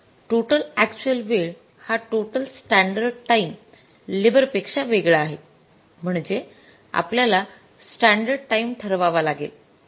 तर total actual वेळ हा टोटल स्टॅंडर्ड टाइम लेबर पेक्षा वेगळा आहे म्हणजे आपल्याला स्टॅंडर्ड टाईम ठरवावा लागेल